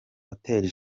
hotel